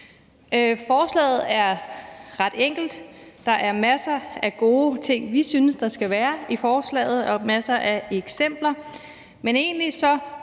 Forslaget er ret enkelt. Der er masser af gode ting, vi synes der skal være, i forslaget og masser af eksempler.